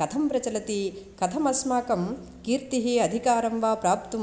कथं प्रचलति कथम् अस्माकं कीर्तिः अधिकारं वा प्राप्तुं